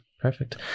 perfect